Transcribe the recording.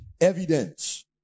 evidence